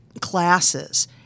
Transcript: classes